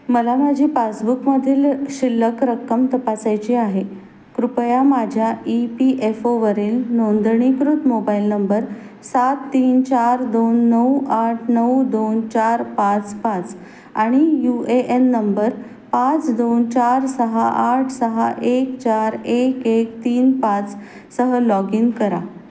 मला माझी पासबुकमधील शिल्लक रक्कम तपासायची आहे कृपया माझ्या ई पी एफ ओवरील नोंदणीकृत मोबाईल नंबर सात तीन चार दोन नऊ आठ नऊ दोन चार पाच पाच आणि यू ए एन नंबर पाच दोन चार सहा आठ सहा एक चार एक एक तीन पाच सह लॉग इन करा